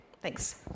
thanks